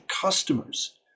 customers